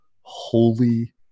holy